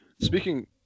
speaking